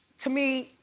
to me,